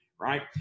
right